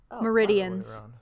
Meridians